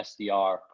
SDR